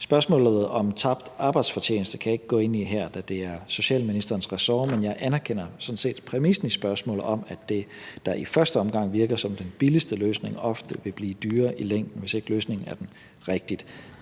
Spørgsmålet om tabt arbejdsfortjeneste kan jeg ikke gå ind i her, da det er socialministerens ressort, men jeg anerkender sådan set præmissen i spørgsmålet om, at det, der i første omgang virker som den billigste løsning, ofte vil blive dyrere i længden, hvis ikke løsningen er den rigtige.